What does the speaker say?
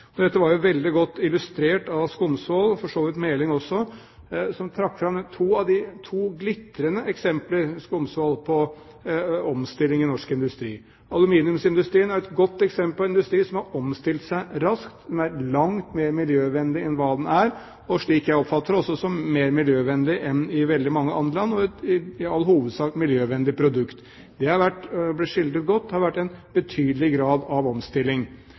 retning. Dette ble veldig godt illustrert av Skumsvoll og for så vidt av Meling også. Skumsvoll trakk fram to glitrende eksempler på omstilling i norsk industri. Aluminiumsindustrien er et godt eksempel på en industri som har omstilt seg raskt. Den er langt mer miljøvennlig enn hva den var, og, slik jeg oppfatter det, også mer miljøvennlig enn i veldig mange andre land. Det er i all hovedsak et miljøvennlig produkt. Dette ble skildret godt – det har vært en betydelig grad av omstilling.